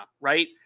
right